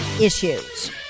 issues